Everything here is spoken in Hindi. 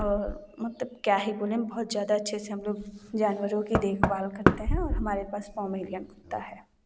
और मतलब क्या ही बोलें बहुत ज़्यादा अच्छे से हम लोग जानवरों की देखभाल करते हैं और हमारे पास पोमेलियन कुत्ता है